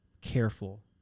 careful